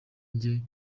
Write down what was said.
njye